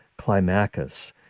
Climacus